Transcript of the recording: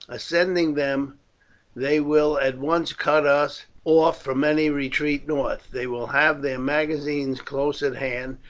ascending them they will at once cut us off from any retreat north. they will have their magazines close at hand.